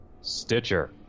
Stitcher